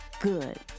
good